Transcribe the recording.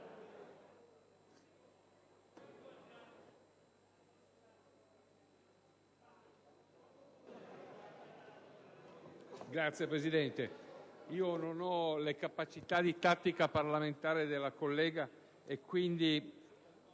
Signora Presidente, non ho le capacità di tattica parlamentare della collega e quindi,